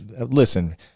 listen